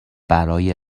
برای